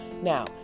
now